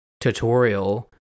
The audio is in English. tutorial